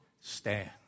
stand